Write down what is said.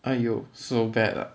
!aiyo! so bad ah